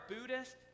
Buddhist